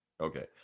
okay